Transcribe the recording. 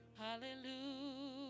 Hallelujah